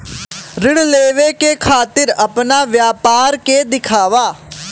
ऋण लेवे के खातिर अपना व्यापार के दिखावा?